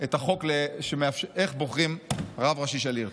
את החוק איך בוחרים רב ראשי של עיר.